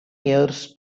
years